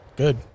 good